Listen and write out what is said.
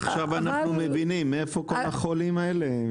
עכשיו אנחנו מבינים מאיפה כל החולים האלה...